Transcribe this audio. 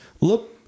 look